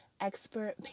expert